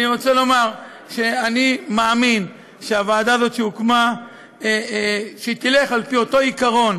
אני רוצה לומר שאני מאמין שהוועדה הזאת שהוקמה תלך על פי אותו עיקרון,